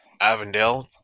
Avondale